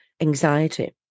anxiety